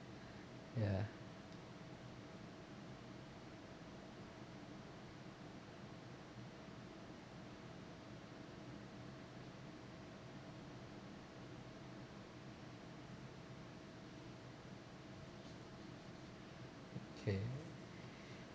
ya okay